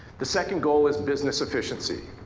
the second goal is business efficiency.